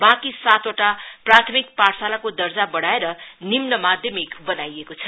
बाँकी सातवटा प्राथमिक पाठशालाको दर्जा बढ़ाएर निम्न माध्यमिक बनाइएको छ